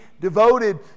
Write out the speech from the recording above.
devoted